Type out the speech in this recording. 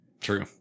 True